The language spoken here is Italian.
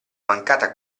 mancata